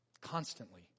constantly